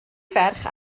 ferch